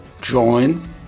join